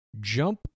jump